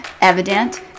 evident